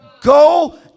Go